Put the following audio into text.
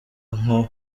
nko